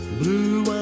blue